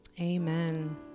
amen